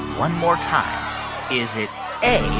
one more time is it a,